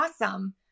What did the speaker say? awesome